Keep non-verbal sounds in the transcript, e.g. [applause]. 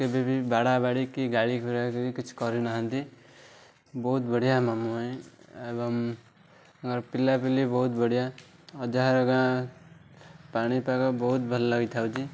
କେବେ ବି ବାଡ଼ା ବାଡ଼ି କି ଗାଳି [unintelligible] କିଛି କରିନାହାନ୍ତି ବହୁତ ବଢ଼ିଆ ମାମୁଁ ମାଇଁ ଏବଂ [unintelligible] ପିଲା ପିଲି ବହୁତ ବଢ଼ିଆ ଅଜା ଘର ଗାଁ ପାଣିପାଗ ବହୁତ ଭଲ ଲାଗିଥାଉଚି